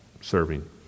Serving